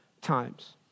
times